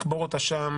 ולקבור אותה שם